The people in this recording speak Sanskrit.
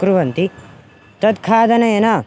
कुर्वन्ति तत् खादनेन